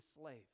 slave